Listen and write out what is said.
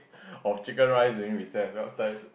of chicken rice during recess last time